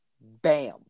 bam